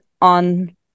on